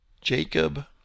Jacob